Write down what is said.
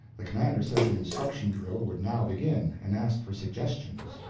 the commander said the instruction drill would now begin, and asked for suggestions.